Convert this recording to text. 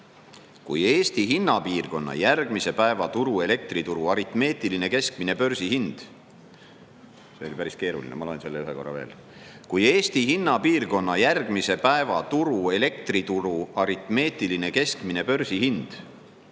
"Kui Eesti hinnapiirkonna järgmise päeva turu elektrituru aritmeetiline keskmine börsihind …"" See oli päris keeruline, ma loen selle ühe korra veel: "Kui Eesti hinnapiirkonna järgmise päeva turu elektrituru aritmeetiline keskmine börsihind